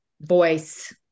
voice